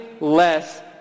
less